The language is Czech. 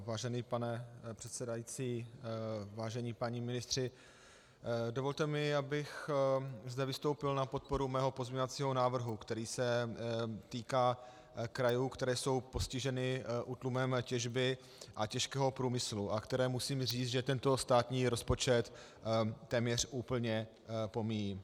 Vážený pane předsedající, vážení páni ministři, dovolte mi, abych zde vystoupil na podporu svého pozměňujícího návrhu, který se týká krajů, které jsou postiženy útlumem těžby a těžkého průmyslu a které, musím říct, tento státní rozpočet téměř úplně opomíjí.